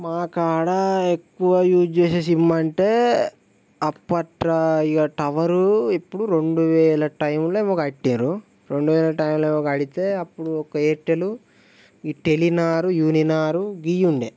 మా కాడ ఎక్కువ యూజ్ చేసే సిమ్ అంటే అప్పట్లో ఇంక టవరు ఎప్పుడు రెండువేల టైమ్లో ఏమో కట్టారు రెండువేల టైమ్లో ఏమో కడితే అప్పుడు ఒక ఎయిర్టెలు ఈ టెలినారు యూనినారు ఇవి ఉండేది